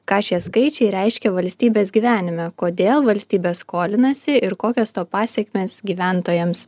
ką šie skaičiai reiškia valstybės gyvenime kodėl valstybė skolinasi ir kokios to pasekmės gyventojams